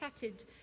chatted